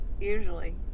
usually